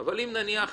אבל אם ידעו